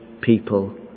people